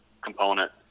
component